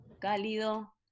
cálido